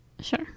Sure